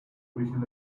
weekend